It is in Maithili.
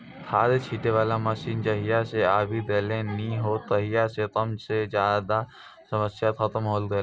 खाद छीटै वाला मशीन जहिया सॅ आबी गेलै नी हो तहिया सॅ कम ज्यादा के समस्या खतम होय गेलै